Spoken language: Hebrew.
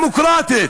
מדינה דמוקרטית,